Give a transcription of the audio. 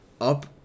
up